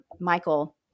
Michael